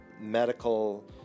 medical